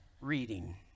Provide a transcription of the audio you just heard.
reading